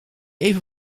even